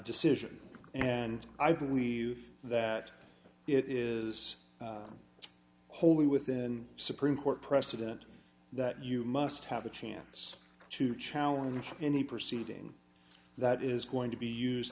decision and i believe that it is wholly within supreme court precedent that you must have a chance to challenge any proceeding that is going to be used